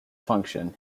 function